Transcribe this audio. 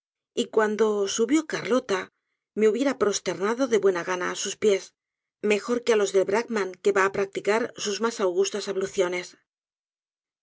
y cuando subió carlota me hubiera prosternado de buena gana á sus pies mejor que á los delbracman que va á practicar sus mas augustas